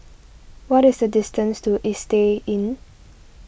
what is the distance to Istay Inn